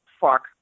fuck